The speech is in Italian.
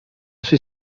suoi